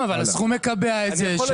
היום,